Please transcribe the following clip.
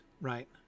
right